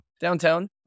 Downtown